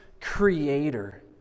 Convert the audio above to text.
creator